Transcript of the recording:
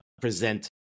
present